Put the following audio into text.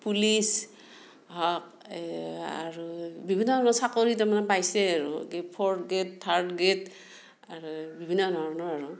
police হওক এই আৰু বিভিন্ন ধৰণৰ চাকৰি তাৰমানে পাইছে আৰু কি ফ'ৰ্থ গ্ৰেড থাৰ্ড গ্ৰেড আৰু বিভিন্ন ধৰণৰ আৰু